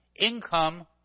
income